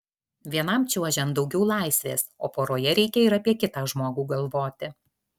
vienam čiuožiant daugiau laisvės o poroje reikia ir apie kitą žmogų galvoti